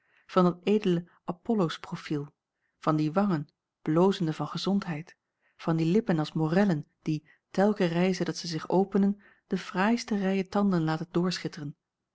van dat edele apolloos profiel van die wangen blozende van gezondheid van die lippen als morellen die telke reize dat zij zich openen de fraaiste rijen tanden laten